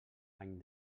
any